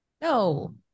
No